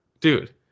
Dude